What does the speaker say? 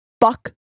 fuck